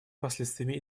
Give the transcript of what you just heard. последствиями